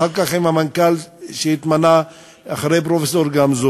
ואחר כך עם המנכ"ל שהתמנה אחרי פרופסור גמזו,